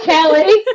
Kelly